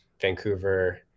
Vancouver